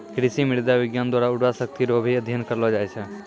कृषि मृदा विज्ञान द्वारा उर्वरा शक्ति रो भी अध्ययन करलो जाय छै